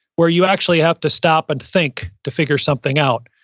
where you actually have to stop and think to figure something out.